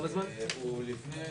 הוא לפני סיכום,